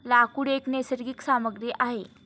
लाकूड एक नैसर्गिक सामग्री आहे